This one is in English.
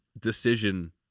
Decision